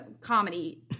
comedy